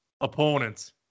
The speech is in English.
opponents